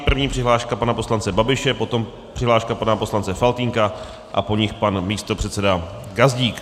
První přihláška pana poslance Babiše, potom přihláška pana poslance Faltýnka a po nich pan místopředseda Gazdík.